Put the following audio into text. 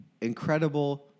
incredible